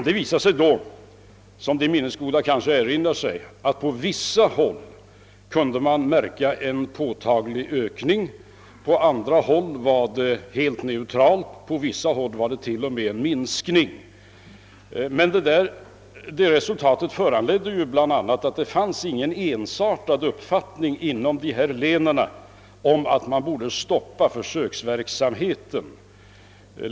Det visade sig då, såsom de minnesgoda kammarledamöterna kanske erinrar sig, att man på vissa håll kunde märka en påtaglig ökning i detta avseende, på andra håll var situationen helt oförändrad och på vissa håll förekom t.o.m. en minskning av fylleriförseelserna. Detta resultat innebar att det inte förelåg någon ensartad uppfattning inom de aktuella länen i frågan, om försöksverksamheten borde stoppas.